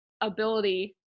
ability